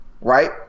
right